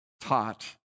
taught